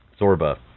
Zorba